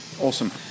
Awesome